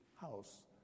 house